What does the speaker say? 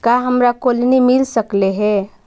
का हमरा कोलनी मिल सकले हे?